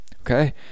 okay